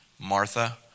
Martha